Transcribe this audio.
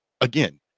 Again